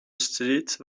استریت